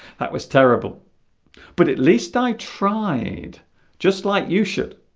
that was terrible but at least i tried just like you should